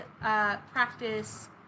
practice